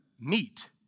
meet